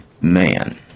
man